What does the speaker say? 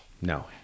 No